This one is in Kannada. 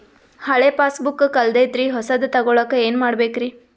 ಹಳೆ ಪಾಸ್ಬುಕ್ ಕಲ್ದೈತ್ರಿ ಹೊಸದ ತಗೊಳಕ್ ಏನ್ ಮಾಡ್ಬೇಕರಿ?